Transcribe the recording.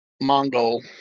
Mongol